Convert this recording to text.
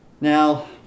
Now